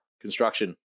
construction